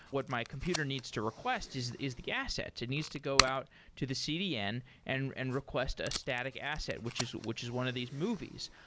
what my computer needs to request is is the assets. it needs to go out to the cdn and and request a static asset, which is which is one of these movies.